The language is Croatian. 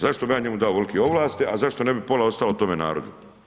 Zašto bi ja njemu dao ovolike ovlasti, a zašto ne bi pola ostalo tome narodu?